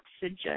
oxygen